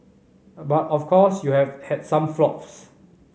but of course you have had some flops